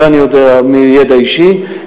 את זה אני יודע מידע אישי.